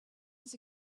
his